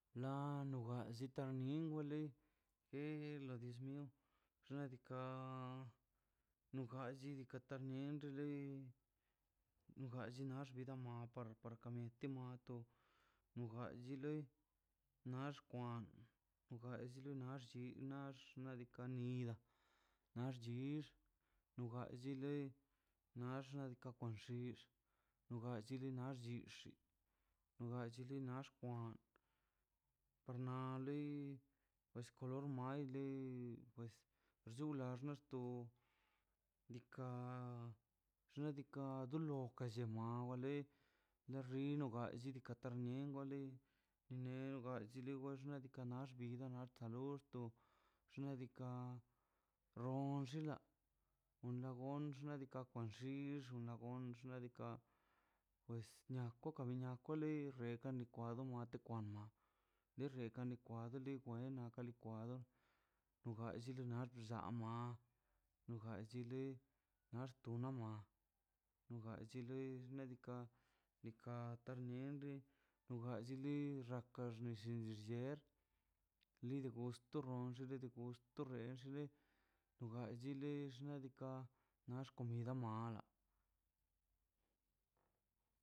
Chingo wai wale xna diika no galle diika' gall bida no par par ka mieti mato nuga lle loi na xkwan sigasllelo naxchi nax nadika nida nax chich nugalli loi na na xna' diika' xkwan lix nogallele chixi nogachile nax xwan per na loi pues kolor maile pues chula naxto diika xna' diika' dolo ka llema wale la xino diga llinokarta mien wa lei nam na llele xna' diika' wa na xna' diika' ron xila nada gon kwan xix na gan nadika koka na kwa len re kan likwado nate likwama lo rekwan licuado koma to gallo likwa ma gallile nax tu na ma na gulla gulei nadika diika tarniende togallele raka nolle xelille li gusto rond nille to gusto nixe to gallile ladika nax comida mala